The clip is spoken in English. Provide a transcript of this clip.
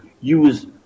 use